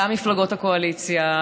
גם מפלגות הקואליציה,